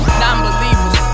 non-believers